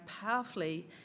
powerfully